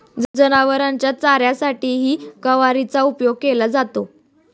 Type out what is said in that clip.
जनावरांच्या चाऱ्यासाठीही गवारीचा उपयोग केला जातो